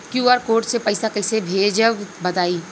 QR code से पईसा कईसे भेजब बताई?